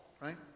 right